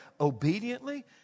obediently